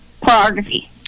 pornography